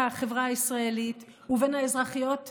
החברה הישראלית ובין האזרחיות לאזרחים,